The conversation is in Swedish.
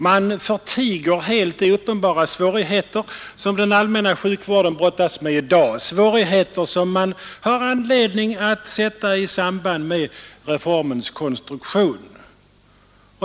Man förtiger helt de uppenbara svårigheter som den allmänna sjukvården brottas med i dag, svårigheter som det finns anledning att sätta i samband med reformens konstruktion.